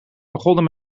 begonnen